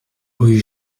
rue